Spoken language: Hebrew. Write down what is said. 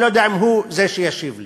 אני לא יודע אם הוא זה שישיב לי,